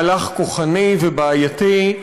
מהלך כוחני ובעייתי,